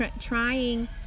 trying